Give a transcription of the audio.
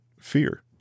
Fear